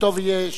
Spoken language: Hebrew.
וטוב יהיה,